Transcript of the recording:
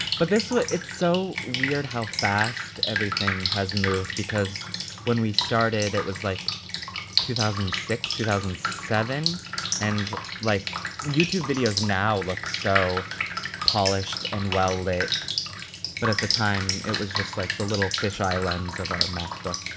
but this what it's so weird how fast everything has moved because when we started it was like two thousand and six, two thousand and seven and like youtube videos now look so polished and well that but at the time it was just like the little fish islands of our macbook.